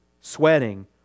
sweating